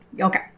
Okay